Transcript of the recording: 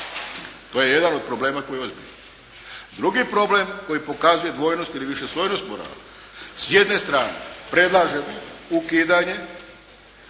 to je jedan od problema koji je veliki. Drugi problem koji pokazuje dvojnost ili višeslojnost morala, s jedne strane predlažem ukidanje